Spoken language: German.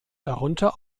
darunter